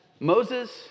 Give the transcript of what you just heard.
Moses